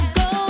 go